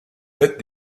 fête